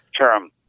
term